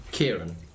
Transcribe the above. Kieran